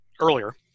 earlier